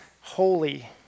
holy